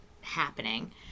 happening